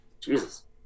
Jesus